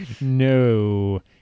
No